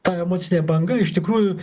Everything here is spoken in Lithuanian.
ta emocinė banga iš tikrųjų